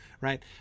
right